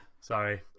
sorry